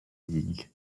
digues